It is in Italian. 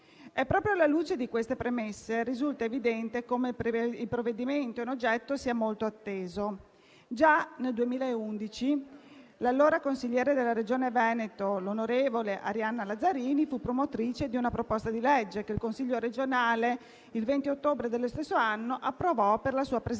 Proprio alla luce di queste premesse risulta evidente come il provvedimento in oggetto sia molto atteso. Già nel 2011 l'allora consigliere della Regione Veneto onorevole Arianna Lazzarini fu promotrice di una proposta di legge, che il Consiglio regionale, il 20 ottobre dello stesso anno, approvò per la sua presentazione